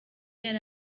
yari